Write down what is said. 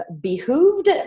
behooved